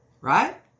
Right